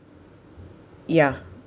ya